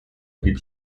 blieb